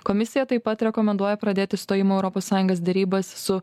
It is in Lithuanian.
komisija taip pat rekomenduoja pradėti stojimo į europos sąjungas derybas su